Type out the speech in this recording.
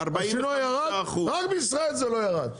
השינוע ירד רק בישראל זה לא ירד,